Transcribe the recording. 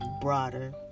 broader